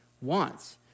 wants